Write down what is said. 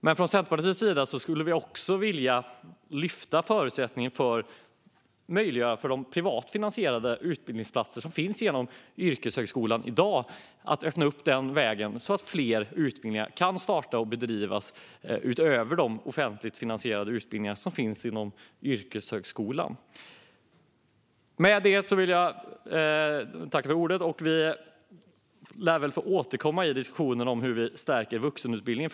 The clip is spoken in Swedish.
Men från Centerpartiets sida skulle vi också vilja skapa förutsättningar att möjliggöra för de privat finansierade utbildningsplatser som finns genom yrkeshögskolan i dag att öppna platser den vägen så att fler utbildningar kan starta och bedrivas utöver de offentligt finansierade utbildningar som finns inom yrkeshögskolan. Vi lär väl få återkomma till diskussionen om hur vi stärker vuxenutbildningen.